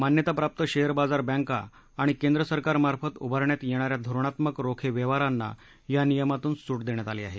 मान्यताप्राप्त शेअर बाजार बँका आणि केंद्रसरकार मार्फत उभारण्यात येणाऱ्या धोरणात्मक रोखे व्यवहारांना या नियमातून सूट देण्यात आली आहे